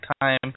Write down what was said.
time